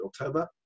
October